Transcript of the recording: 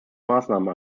maßnahmen